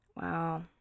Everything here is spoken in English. Wow